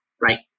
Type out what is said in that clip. right